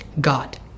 God